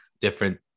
different